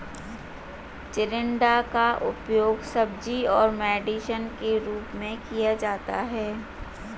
चिचिण्डा का उपयोग सब्जी और मेडिसिन के रूप में किया जाता है